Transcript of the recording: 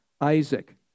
Isaac